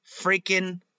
freaking